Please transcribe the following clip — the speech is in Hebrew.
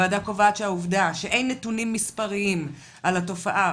הוועדה קובעת שהעובדה שאין נתונים מספריים על התופעה,